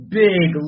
big